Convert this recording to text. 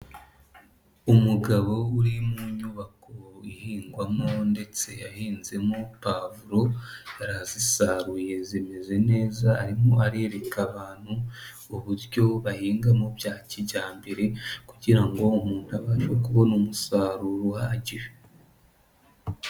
Umugabo uri mu nyubako ihingwamo ndetse yahinzemo pavuro, arazisaruye zimeze neza arimo areka abantu, uburyo bahinga mu bya kijyambere kugira ngo umuntu abashe kubona umusaruro uhagije.